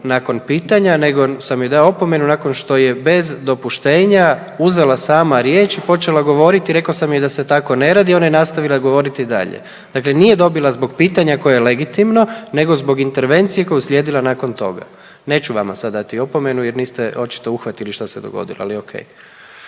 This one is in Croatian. nakon pitanja, nego sam joj dao opomenu nakon što je bez dopuštenja uzela sama riječ i počela govoriti, rekao sam joj da se tako ne radi, ona je nastavila govoriti dalje. Dakle nije dobila zbog pitanja koje je legitimno nego zbog intervencije koja je uslijedila nakon toga. Neću vama sada dati opomenu jer niste očito uhvatili što se dogodilo, ali okej.